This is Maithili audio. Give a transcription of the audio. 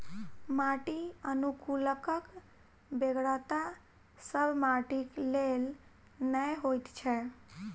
माटि अनुकुलकक बेगरता सभ माटिक लेल नै होइत छै